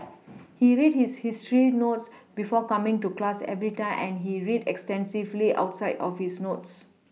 he read his history notes before coming to class every time and he read extensively outside of his notes